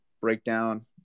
breakdown